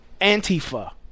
Antifa